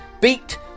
Beat